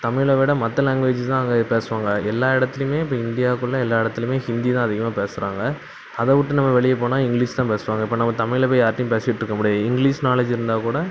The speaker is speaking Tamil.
தமிழை விட மற்ற லேங்க்வேஜ் தான் அங்கே பேசுவாங்க எல்லாம் இடத்துலயுமே இப்போ இந்தியாக்குள்ளே எல்லாம் இடத்துலயுமே ஹிந்தி தான் அதிகமாக பேசுகிறாங்க அதை விட்டு நம்ம வெளியப் போனால் இங்கிலிஷ் தான் பேசுவாங்க இப்போ நம்ம தமிழ்ல போய் யார்கிட்டயும் பேசிக்கிட்டுருக்க முடியாது இங்கிலிஷ் நாலெட்ஜ் இருந்தால் கூட